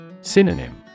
Synonym